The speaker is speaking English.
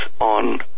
on